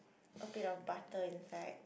a bit of butter inside